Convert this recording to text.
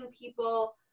people